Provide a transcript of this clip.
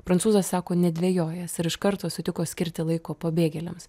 prancūzas sako nedvejojęs ir iš karto sutiko skirti laiko pabėgėliams